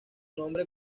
nombre